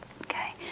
Okay